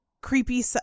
creepy